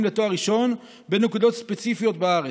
לתואר ראשון בנקודות ספציפיות בארץ.